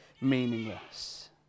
meaningless